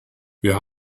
wir